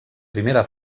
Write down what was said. primera